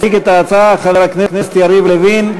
יציג את ההצעה חבר הכנסת יריב לוין.